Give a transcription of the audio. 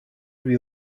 lui